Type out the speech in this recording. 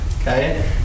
okay